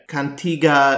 Cantiga